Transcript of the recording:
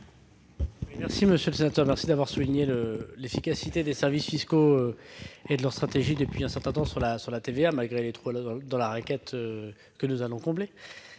Merci, monsieur le sénateur, d'avoir souligné l'efficacité des services fiscaux et de la stratégie adoptée depuis un certain temps sur la TVA, malgré les trous dans la raquette que nous allons combler.